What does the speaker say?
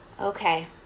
Okay